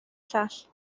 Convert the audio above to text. llall